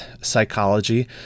psychology